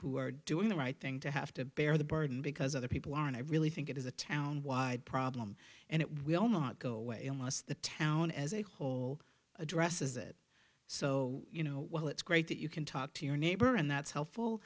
who are doing the right thing to have to bear the burden because other people are and i really think it is a town wide problem and it will not go away unless the town as a whole addresses it so you know while it's great that you can talk to your neighbor and that's helpful